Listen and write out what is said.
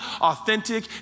authentic